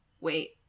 wait